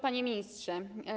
Panie Ministrze!